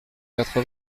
quatre